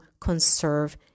conserve